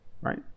right